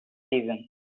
season